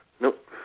Nope